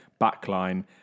backline